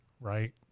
Right